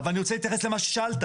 אבל אני רוצה להתייחס למה ששאלת.